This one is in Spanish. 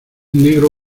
negro